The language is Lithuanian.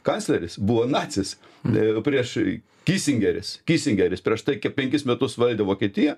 kancleris buvo nacis prieš kisingeris kisingeris prieš tai penkis metus valdė vokietiją